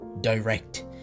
direct